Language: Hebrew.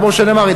כמו שנאמר,